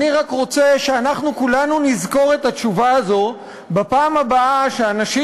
אני רק רוצה שאנחנו כולנו נזכור את התשובה הזו בפעם הבאה שאנשים